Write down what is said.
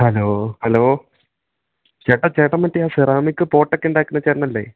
hello hello ചേട്ടാ ചേട്ടൻ മറ്റെ ആ സെറാമിക് പോട്ടൊക്കെയുണ്ടാക്കുന്ന ചേട്ടനല്ലേ